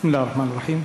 בסם אללה א-רחמאן א-רחים.